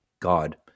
God